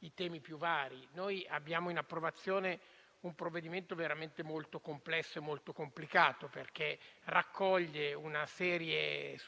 i temi più vari. È al nostro esame un provvedimento veramente molto complesso e complicato, perché raccoglie una serie